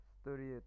story